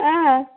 ಹಾಂ